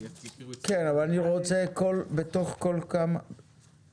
כן, אבל אני רוצה בתוך כל סימן.